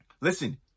listen